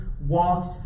walks